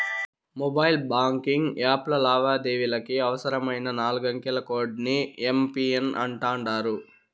mobile banking యాప్ల లావాదేవీలకి అవసరమైన నాలుగంకెల కోడ్ ని ఎమ్.పిన్ అంటాండారు